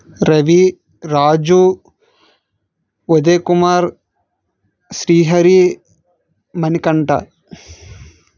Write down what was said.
Ravi Raju Udaya Kumar Srihari Manikanta